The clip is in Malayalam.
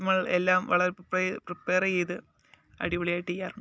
നമ്മൾ എല്ലാം വളരെ പ്രീപയറേയ്ത് അടിപൊളിയായിട്ടെയ്യാറുണ്ട്